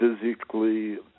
physically